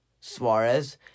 Suarez